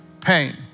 pain